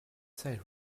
siren